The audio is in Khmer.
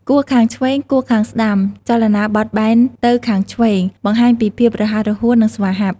គោះខាងឆ្វេង គោះខាងស្តាំ ចលនាបត់បែនទៅឆ្វេងស្ដាំ បង្ហាញពីភាពរហ័សរហួន និងស្វាហាប់។